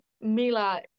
Mila